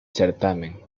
certamen